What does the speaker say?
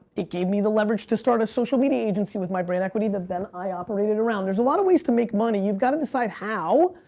it gave me the leverage to start a social media agency with my brand equity that then i operated around. there's a lot of ways to make money. you've got to decide how.